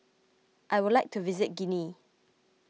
I would like to visit Guinea